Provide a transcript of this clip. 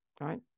right